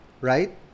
right